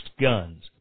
guns